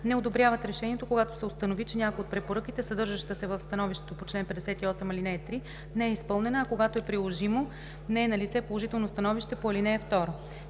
не одобряват решението когато се установи, че някоя от препоръките, съдържаща се в становището по чл. 58, ал. 3 не е изпълнена, а когато е приложимо – не е налице положително становище по ал. 2.“